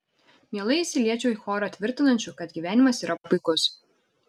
mielai įsiliečiau į chorą tvirtinančių kad gyvenimas yra puikus